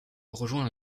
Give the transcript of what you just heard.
rejoint